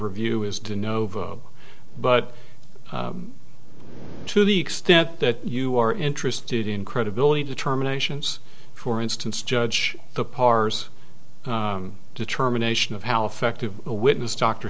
review is to know but to the extent that you are interested in credibility determinations for instance judge the pars determination of how effective a witness d